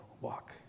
walk